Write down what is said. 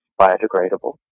biodegradable